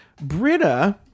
Britta